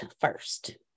first